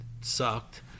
sucked